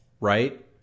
right